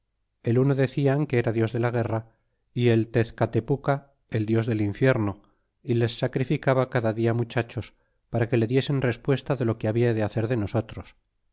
el uno decian que era dios de la guerra y el tezcatepuca el dios del infierno y les sacrificaba cada dia muchachos para que le diesen respuesta de lo que habia de hacer de nosotros